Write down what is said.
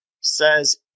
says